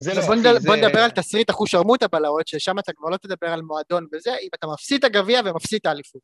בוא נדבר על תסריט אחו שרמוטה בלהות, ששם אתה כבר לא תדבר על מועדון וזה, אם אתה מפסיד את הגביע ומפסיד את האליפות.